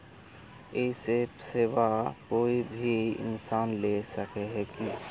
इ सब सेवा कोई भी इंसान ला सके है की?